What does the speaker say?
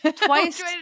Twice